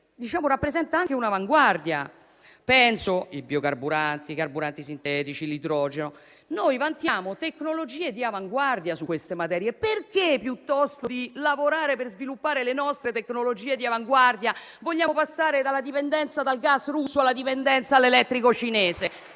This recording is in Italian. rappresenta anche un'avanguardia. Penso ai biocarburanti, ai carburanti sintetici, all'idrogeno. Noi vantiamo tecnologie di avanguardia su queste materie. Perché, piuttosto che lavorare per sviluppare le nostre tecnologie di avanguardia, vogliamo passare dalla dipendenza dal gas russo alla dipendenza dall'elettrico cinese?